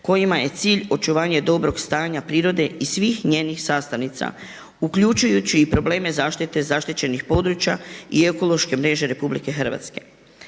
kojima je cilj očuvanje dobrog stanja prirode i svih njenih sastavnica uključujući i probleme zaštite zaštićenih područja i ekološke mreže RH. Izvješće